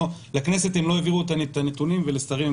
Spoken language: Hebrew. לכנסת הם לא העבירו את הנתונים ולשרים הם